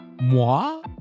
Moi